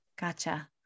Gotcha